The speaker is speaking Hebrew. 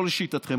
או לשיטתכם,